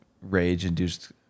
rage-induced